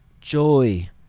joy